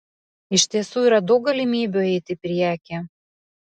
iš tiesų yra daug galimybių eiti į priekį